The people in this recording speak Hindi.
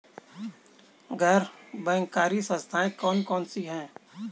गैर बैंककारी संस्थाएँ कौन कौन सी हैं?